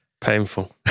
Painful